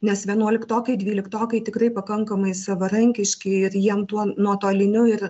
nes vienuoliktokai dvyliktokai tikrai pakankamai savarankiški ir jiem tuo nuotoliniu ir